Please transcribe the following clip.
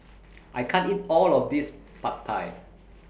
I can't eat All of This Pad Thai